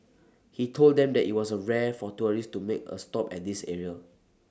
he told them that IT was A rare for tourists to make A stop at this area